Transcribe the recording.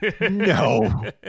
no